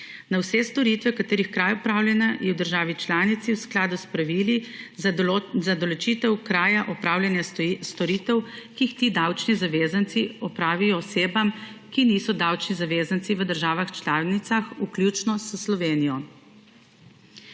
na vse storitve, katerih kraj opravljena je v državi članici v skladu s pravili za določitev kraja opravljanja storitev, ki jih ti davčni zavezanci opravijo osebam, ki niso davčni zavezanci v državah članicah, vključno s Slovenijo;